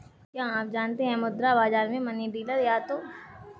क्या आप जानते है मुद्रा बाज़ार में मनी डीलर या तो उधार लेते या देते है?